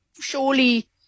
surely